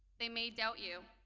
they may doubt you.